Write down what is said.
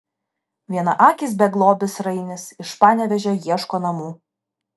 vienaakis beglobis rainis iš panevėžio ieško namų